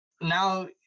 now